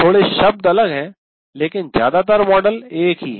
थोड़े शब्द अलग हैं लेकिन ज्यादातर मॉडल एक ही है